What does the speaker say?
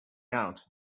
out